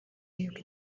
y’uko